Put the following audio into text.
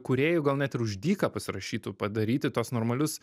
kūrėjų gal net ir už dyką pasirašytų padaryti tuos normalius